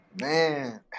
Man